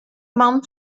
man